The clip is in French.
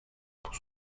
pour